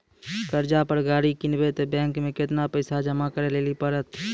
कर्जा पर गाड़ी किनबै तऽ बैंक मे केतना पैसा जमा करे लेली पड़त?